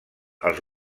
els